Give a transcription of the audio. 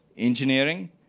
engineering,